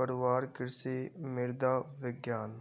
करवार कृषि मृदा विज्ञान